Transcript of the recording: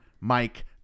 Mike